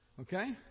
Okay